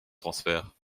transfert